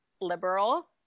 liberal